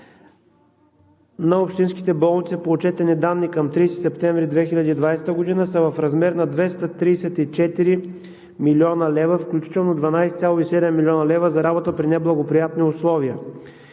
на общинските болници по отчетени данни към 30 септември 2020 г. са в размер на 234 млн. лв., включително 12,7 млн. лв. за работа при неблагоприятни условия.